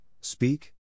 speak